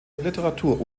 literatur